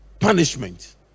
punishment